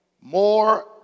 More